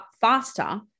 faster